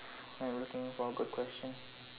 I'm looking for a good question